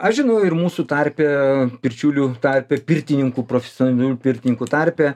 aš žinau ir mūsų tarpe pirčiulių tarpe pirtininkų profesionalių pirtininkų tarpe